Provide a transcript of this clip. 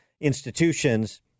Institutions